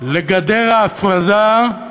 לגדר ההפרדה,